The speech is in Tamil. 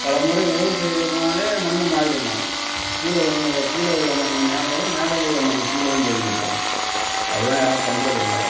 பழைய முறை உழவு செய்தோம்னாலே மண் மாறிடும்பாங்க கீழே கீழே உள்ள மண் மேலயும் மேல உள்ள மண் கீழயும் போய்டும்ருவாங்க அதல்லாம் யாரும் பண்ணுறதில்ல